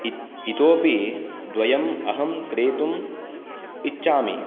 इत् इतोपि द्वयम् अहं क्रेतुम् इच्छामि